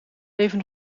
leven